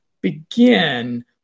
begin